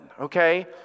okay